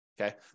okay